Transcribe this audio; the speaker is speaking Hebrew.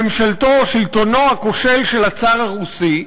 ממשלתו, שלטונו הכושל של הצאר הרוסי,